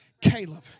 Caleb